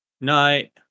Night